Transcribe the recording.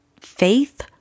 faith